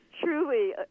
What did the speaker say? truly